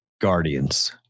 Guardians